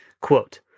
Quote